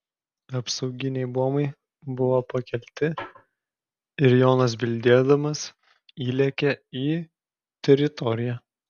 apsauginiai buomai buvo pakelti ir jonas bildėdamas įlėkė į teritoriją